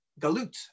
galut